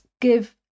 give